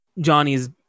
Johnny's